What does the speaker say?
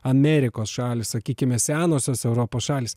amerikos šalys sakykime senosios europos šalys